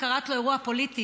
את קראת לו אירוע פוליטי.